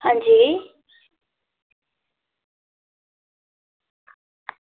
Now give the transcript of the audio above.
आं जी